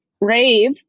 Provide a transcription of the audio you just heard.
rave